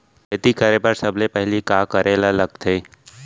खेती करे बर सबले पहिली का करे ला लगथे?